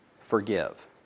forgive